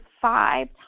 five